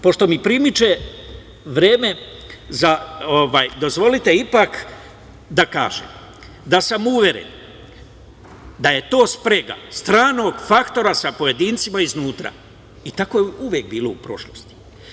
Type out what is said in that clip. Pošto mi primiče vreme, dozvolite ipak da kažem da sam uveren da je to sprega stranog faktora sa pojedincima iznutra i tako je uvek bilo u prošlosti.